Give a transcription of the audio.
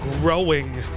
growing